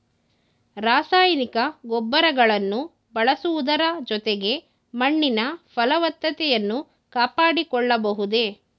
ರಾಸಾಯನಿಕ ಗೊಬ್ಬರಗಳನ್ನು ಬಳಸುವುದರ ಜೊತೆಗೆ ಮಣ್ಣಿನ ಫಲವತ್ತತೆಯನ್ನು ಕಾಪಾಡಿಕೊಳ್ಳಬಹುದೇ?